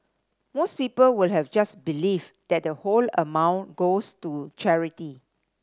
most people would have just believed that the whole amount goes to charity